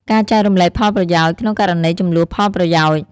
ការចែករំលែកផលប្រយោជន៍ ក្នុងករណីជម្លោះផលប្រយោជន៍។